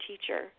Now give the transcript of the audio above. teacher